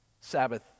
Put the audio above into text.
Sabbath